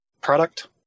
product